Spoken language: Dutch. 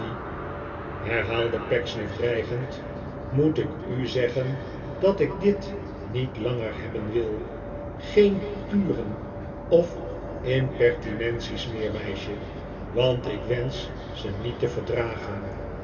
herhaalde pecksniff dreigend moet ik u zeggen dat ik dit niet langer hebben wil geen kuren of impertinenties meer meisje want ik wensch ze niet te verdragen